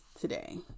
today